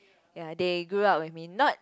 ya they grew up with me not